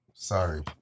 Sorry